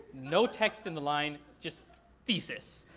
no text in the line, just thesis.